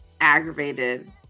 aggravated